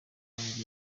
kongerera